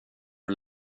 att